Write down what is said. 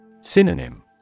Synonym